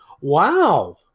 Wow